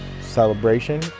celebration